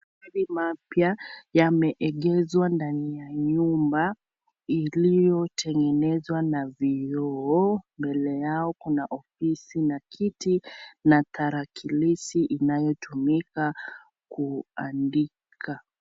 Magari mapya yameegezwa ndani ya nyumba iliyotengenezwa na vioo, mbelel yao kuna ofisi na kiti na tarakilishi inayotumika kuandika.